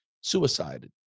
suicided